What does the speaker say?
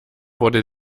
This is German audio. wurde